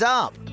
up